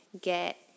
get